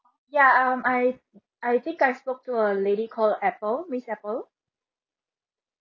ya um I I think I spoke to a lady called apple miss apple